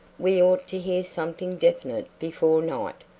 we ought to hear something definite before night,